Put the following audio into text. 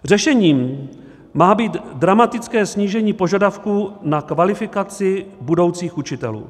Řešením má být dramatické snížení požadavků na kvalifikaci budoucích učitelů.